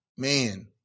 Man